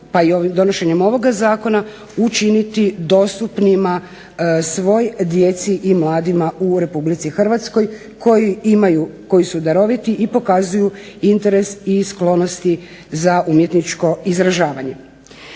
pa i donošenjem ovoga zakona učiniti dostupnima svoj djeci i mladima u RH koji imaju, koji su daroviti i pokazuju interes i sklonosti za umjetničko izražavanje.